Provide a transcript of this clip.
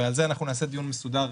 ועל זה אנחנו נקיים דיון מסודר,